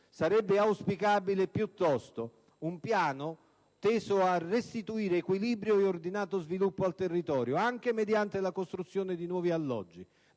e concludo, un piano teso a restituire equilibrio e ordinato sviluppo al territorio, anche mediante la costruzione di nuovi alloggi,